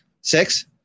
Six